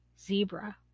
zebra